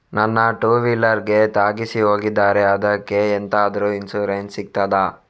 ನನ್ನ ಟೂವೀಲರ್ ಗೆ ತಾಗಿಸಿ ಹೋಗಿದ್ದಾರೆ ಅದ್ಕೆ ಎಂತಾದ್ರು ಇನ್ಸೂರೆನ್ಸ್ ಸಿಗ್ತದ?